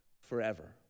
forever